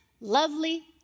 Lovely